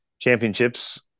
championships